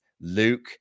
luke